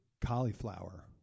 cauliflower